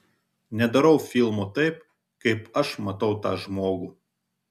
nedarau filmo taip kaip aš matau tą žmogų